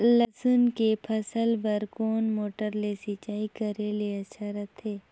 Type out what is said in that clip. लसुन के फसल बार कोन मोटर ले सिंचाई करे ले अच्छा रथे?